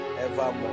evermore